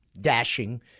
dashing